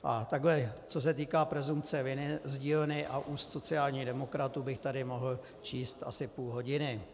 A takhle, co se týká presumpce viny z dílny a úst sociálních demokratů, bych tady mohl číst asi půl hodiny.